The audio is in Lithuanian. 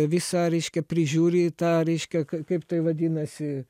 visą reiškia prižiūri į tą reiškia kai kaip tai vadinasi